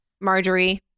Marjorie